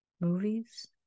movies